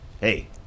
hey